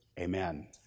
amen